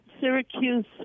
Syracuse